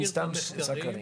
אני סתם סקרן.